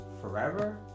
forever